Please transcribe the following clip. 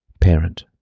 parent